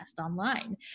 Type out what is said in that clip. online